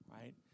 right